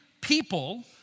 people